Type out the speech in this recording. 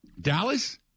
Dallas